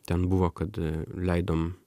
ten buvo kad leidom